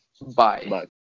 Bye